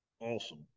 Awesome